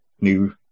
new